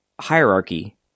hierarchy